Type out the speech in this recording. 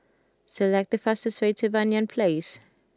select the fastest way to Banyan Place